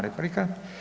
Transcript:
Replika?